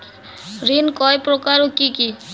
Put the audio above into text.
ঋণ কয় প্রকার ও কি কি?